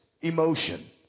emotion